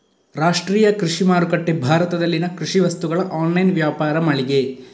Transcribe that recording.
ರಾಷ್ಟ್ರೀಯ ಕೃಷಿ ಮಾರುಕಟ್ಟೆ ಭಾರತದಲ್ಲಿನ ಕೃಷಿ ವಸ್ತುಗಳ ಆನ್ಲೈನ್ ವ್ಯಾಪಾರ ಮಳಿಗೆ